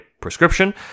prescription